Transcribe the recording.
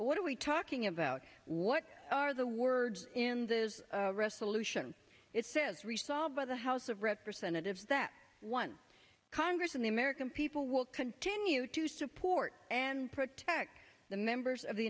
what are we talking about what are the words and is resolution it says restyled by the house of representatives that one congress and the american people will continue to support and protect the members of the